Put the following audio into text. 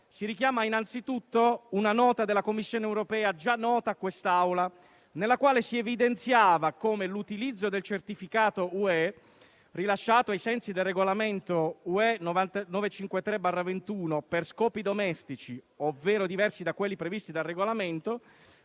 si richiama anzitutto una nota della Commissione europea - già nota a quest'Aula - nella quale si evidenziava l'utilizzo del certificato UE - rilasciato ai sensi del Regolamento UE 953 del 2021 - per scopi "domestici" (ovvero diversi da quelli previsti dal Regolamento):